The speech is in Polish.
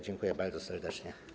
Dziękuję bardzo serdecznie.